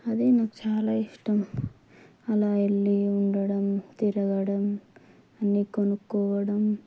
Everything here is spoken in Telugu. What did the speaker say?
అదే నాకు చాలా ఇష్టం అలా వెళ్ళి ఉండటం తిరగడం అన్నీ కొనుక్కోవడం